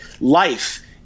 Life